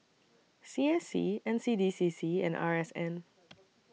C S C N C D C C and R S N